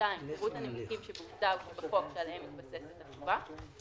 (2)פירוט הנימוקים שבעובדה ושבחוק שעליהם מתבססת התשובה,